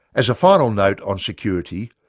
as a final note on security,